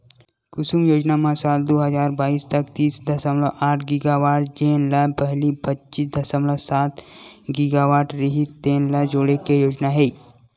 कुसुम योजना म साल दू हजार बाइस तक तीस दसमलव आठ गीगावाट जेन ल पहिली पच्चीस दसमलव सात गीगावाट रिहिस तेन ल जोड़े के योजना हे